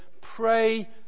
pray